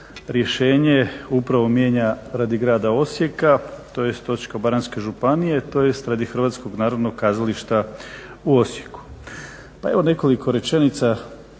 upravo mijenja radi Grada Osijeka tj. Osječko-baranjske županije tj. radi Hrvatskog narodnog kazališta u Osijeku. Pa evo nekoliko rečenica